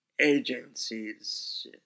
agencies